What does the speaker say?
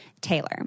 Taylor